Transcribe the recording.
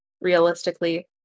realistically